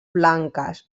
blanques